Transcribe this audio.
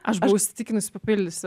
aš įsitikinusi papildysiu